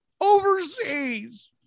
Overseas